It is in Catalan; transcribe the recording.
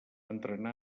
entrenar